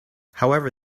however